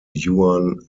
juan